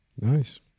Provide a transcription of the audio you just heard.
nice